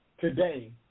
Today